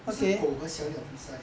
不是狗和小鸟比赛